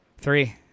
Three